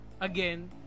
again